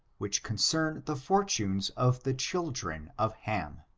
which concern the fortunes of the chil dren of ham.